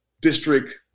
district